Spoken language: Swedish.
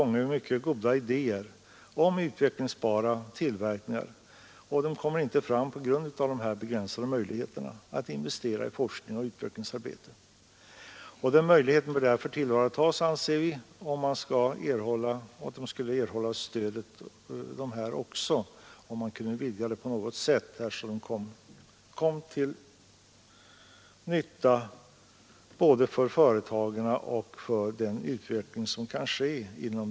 När det gäller forskningsavdraget, som ju innebär ett stöd, är utskottets skrivning på några ställen sådan att det förefaller som om man ville säga att när Sträng har lagt fram den här propositionen, så är vi väl i utskottet nödda och tvungna att godkänna den.